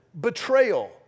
betrayal